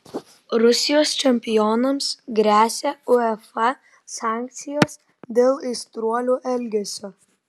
rusijos čempionams gresia uefa sankcijos dėl aistruolių elgesio